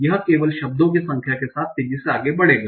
यह केवल शब्दों की संख्या के साथ तेजी से आगे बढ़ेगा